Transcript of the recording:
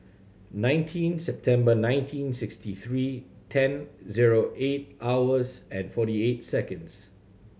nineteen September nineteen sixty three ten zero eight hours and forty eight seconds